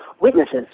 witnesses